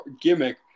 gimmick